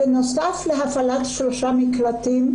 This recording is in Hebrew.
בנוסף להפעלת שלושה מקלטים,